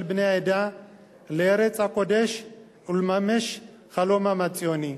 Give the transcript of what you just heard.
בני העדה לארץ הקודש ולממש את חלומם הציוני.